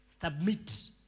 Submit